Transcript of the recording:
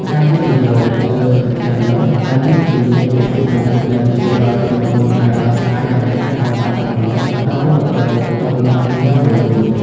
ការវិនិយោគលើធនធានមនុស្សដែលមានជំនាញពហុមុខ នឹងជួយឱ្យក្រុមហ៊ុនអាចដោះស្រាយបញ្ហាកង្វះបុគ្គលិកក្នុងរដូវបុណ្យបានយ៉ាងរលូន។